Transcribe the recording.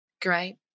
great